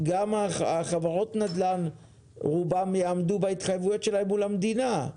רוב חברות הנדל"ן יעמדו בהתחייבויות שלהן מול המדינה.